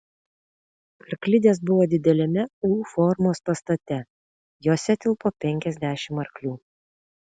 arklidės buvo dideliame u formos pastate jose tilpo penkiasdešimt arklių